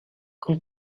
con